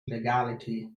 legality